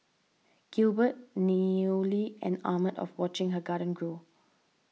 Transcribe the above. Gilbert newly enamoured of watching her garden grow